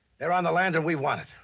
they're on the land and we want it.